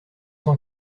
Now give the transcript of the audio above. cent